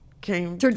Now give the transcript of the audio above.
came